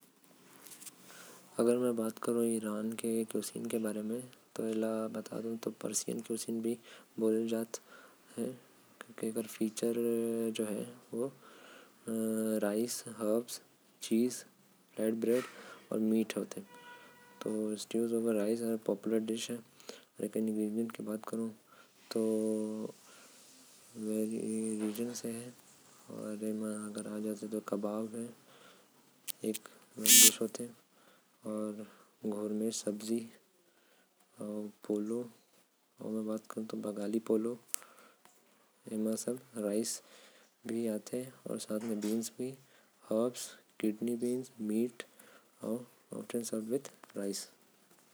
ईरान के हमन बात करत ही तो। हमन ला ये पता होना चाही की एमन चावल बहुते खाथे। एमन के हर खाना म चावल होथे। प्रमुख खाना आथे। चावल मटन सब्जी मिला के ओमन खाथे। चेलो कबाब भी ओमन खाथे। एहि सब वहा के लोग मन ज्यादा खाथे।